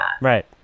Right